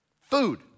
Food